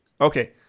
Okay